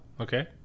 okay